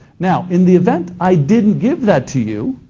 now in the event i didn't give that to you